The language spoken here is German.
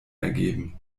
ergeben